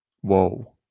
Whoa